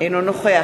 אינו נוכח